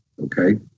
Okay